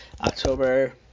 october